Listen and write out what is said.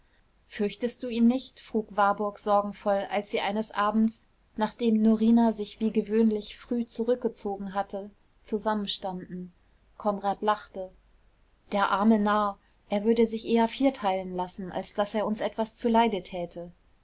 fürchtest du ihn nicht frug warburg sorgenvoll als sie eines abends nachdem norina sich wie gewöhnlich früh zurückgezogen hatte zusammensaßen konrad lachte der arme narr er würde sich eher vierteilen lassen als daß er uns etwas zuleide täte